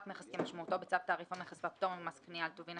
מכס" כמשמעותו בצו תעריף המכס והפטורים ומס קנייה על טובין,